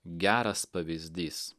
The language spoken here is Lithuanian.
geras pavyzdys